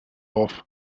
off